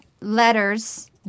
letters